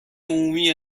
عمومی